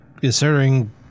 considering